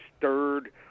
third